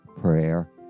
prayer